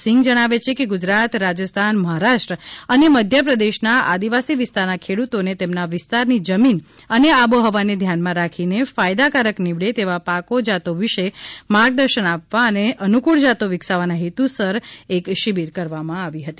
સિંઘ જણાવે છે કે ગુજરાત રાજસ્થાન મહારાષ્ટ્ર અને મધ્ય પ્રદેશના આદિવાસી વિસ્તારના ખેડૂતોને તેમના વિસ્તારની જમીન અને આબોહવાને ધ્યાનમાં રાખીને ફાયદાકારક નીવડે તેવા પાકો જાતો વિશે માર્ગદર્શન આપવા અને અનુકૂળ જાતો વિકસાવવાના હેતુસર કરવામાં આવી હતી